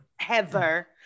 Heather